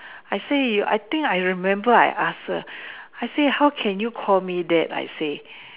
I say I think I remember you ask her I say how can you call me that I say